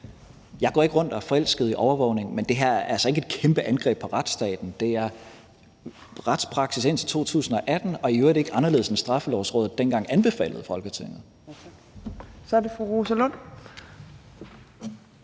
Jeg går ikke rundt og er forelsket i overvågning, men det her er altså ikke et kæmpe angreb på retsstaten. Det har været retspraksis indtil 2018, og det er i øvrigt ikke anderledes, end hvad Straffelovrådet dengang anbefalede Folketinget. Kl. 14:29 Tredje